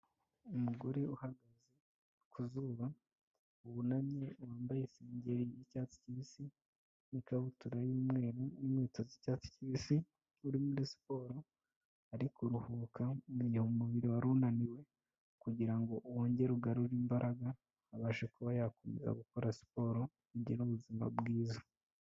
Umugore uhagaze ku zuba wunamye wambaye isengeri y'icyatsi kibisi n'ikabutura y'umweru n'ikweto z'icyatsi kibisi uri muri siporo, ari kuruhuka mu gihe umubiri wari unaniwe kugira ngo wongere ugarure imbaraga abashe kuba yakomeza gukora siporo agira ubuzima bwiza.